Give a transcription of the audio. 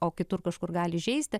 o kitur kažkur gali įžeisti